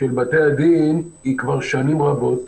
של בתי-הדין היא כבר שנים רבות.